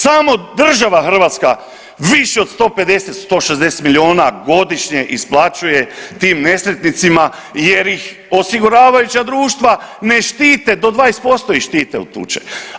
Samo država Hrvatska više od 150, 160 milijuna godišnje isplaćuje tim nesretnicima jer ih osiguravajuća društva ne štite, do 20% ih štite od tuče.